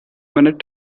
minute